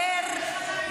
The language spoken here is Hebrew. חבר הכנסת טיבי,